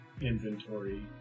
Inventory